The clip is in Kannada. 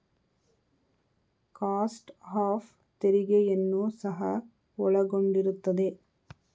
ಕಾಸ್ಟ್ ಅಫ್ ತೆರಿಗೆಯನ್ನು ಸಹ ಒಳಗೊಂಡಿರುತ್ತದೆ